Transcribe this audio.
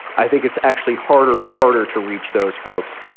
i think it's actually harder and harder to reach those folks.